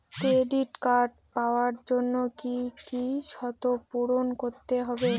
Credit card পাওয়ার জন্য কি কি শর্ত পূরণ করতে হবে?